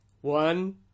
one